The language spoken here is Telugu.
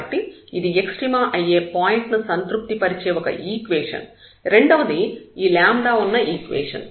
కాబట్టి ఇది ఎక్స్ట్రీమ అయ్యే పాయింట్ ను సంతృప్తి పరిచే ఒక ఈక్వేషన్ రెండవది ఈ ఉన్న ఈక్వేషన్